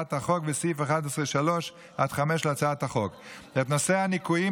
להצעת החוק וסעיף 11(3) עד (5) להצעת החוק ואת נושא הניכויים